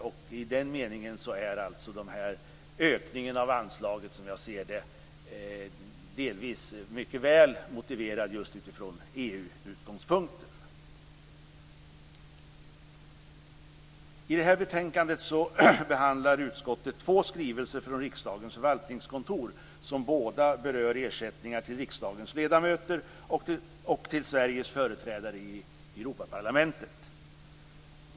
Ökningen av anslaget är därför just från EU utgångspunkt mycket väl motiverad. I detta betänkande behandlar utskottet två skrivelser från riksdagens förvaltningskontor som båda berör ersättningar till riksdagens ledamöter och till Sveriges företrädare i Europaparlamentet.